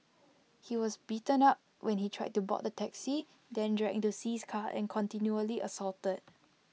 he was beaten up when he tried to board the taxi then dragged into See's car and continually assaulted